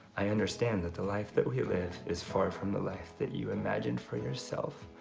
i understand that the life that we live is far from the life that you imagined for yourself.